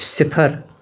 صِفر